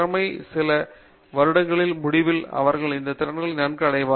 முதல் சில வருடங்களின் முடிவில் அவர்கள் இந்த திறன்களை நன்கு அடைந்துள்ளனர்